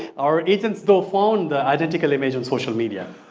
our agents though, found the identity made on social media